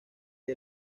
que